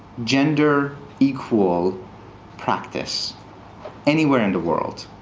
gender-equal practice anywhere in the world.